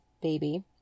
baby